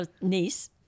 niece